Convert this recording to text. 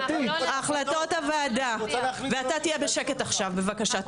אתה תהיה בשקט עכשיו בבקשה.